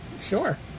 sure